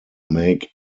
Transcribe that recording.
make